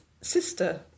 sister